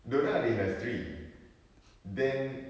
don't you have three then